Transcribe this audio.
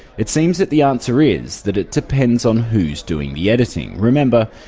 it seems that the answer is that it depends on who's doing the editing. remember,